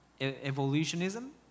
evolutionism